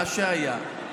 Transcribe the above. מה שהיה,